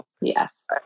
Yes